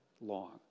long